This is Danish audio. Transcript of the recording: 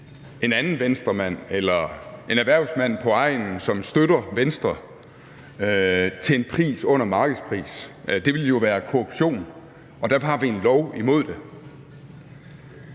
en anden Venstremand eller en erhvervsmand på egnen, som støtter Venstre, til en pris under markedsprisen. Det ville jo være korruption. Derfor har vi en lov imod det.